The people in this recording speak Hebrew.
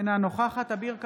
אינה נוכחת אביר קארה,